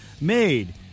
made